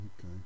Okay